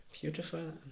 Beautiful